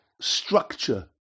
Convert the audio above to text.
structure